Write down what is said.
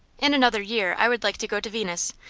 in another year i would like to go to venice,